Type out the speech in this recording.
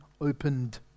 opened